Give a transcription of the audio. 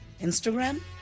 Instagram